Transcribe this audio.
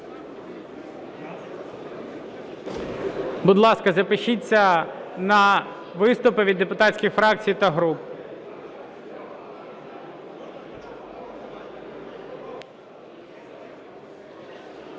Будь ласка, запишіться на виступи від депутатських фракцій та груп.